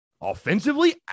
offensively